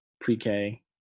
pre-k